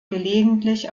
gelegentlich